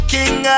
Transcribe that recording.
King